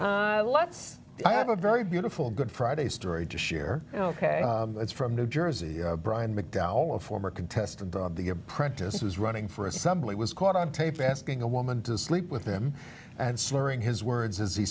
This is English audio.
then let's have a very beautiful good friday story to share ok that's from new jersey brian mcdowell a former contestant on the apprentice was running for assembly was caught on tape asking a woman to sleep with him and slurring his words as he